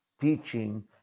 teaching